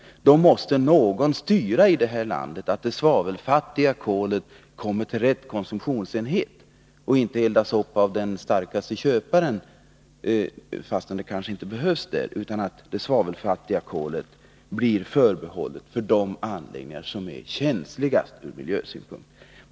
Då måste någon styra i det här landet, så att det svavelfattiga kolet kommer till rätt konsumtionsenhet och inte eldas upp av den starkaste köparen, fastän det kanske inte behövs där. Det svavelfattiga kolet måste bli förbehållet de anläggningar som är känsligast ur miljösynpunkt.